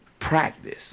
practice